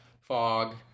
fog